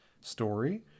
story